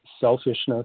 selfishness